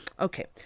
Okay